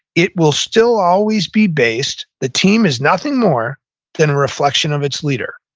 it will still always be based, the team is nothing more than a reflection of its leader.